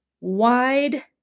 wide